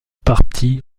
parti